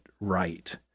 right